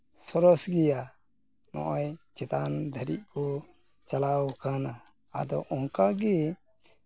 ᱥᱚᱨᱮᱥ ᱜᱮᱭᱟ ᱱᱚᱜᱼᱚᱭ ᱪᱮᱛᱟᱱ ᱫᱷᱟᱹᱨᱤ ᱠᱚ ᱪᱟᱞᱟᱣ ᱠᱟᱱᱟ ᱟᱫᱚ ᱚᱱᱠᱟᱜᱮ